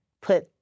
put